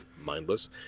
mindless